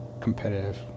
competitive